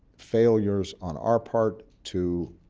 failures on our part to